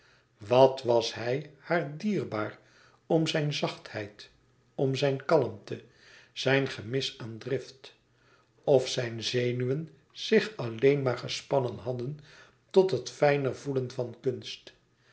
wat was hij haar dierbaar om zijn zachtheid om zijne kalmte zijn gemis aan drift of zijne zenuwen zich alleen maar gespannen hadden tot het fijner voelen van kunst